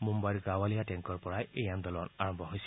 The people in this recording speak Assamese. মুঘাইৰ গাৱালিয়া টেংকৰ পৰা এই আন্দোলন আৰম্ভ হৈছিল